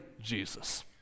Jesus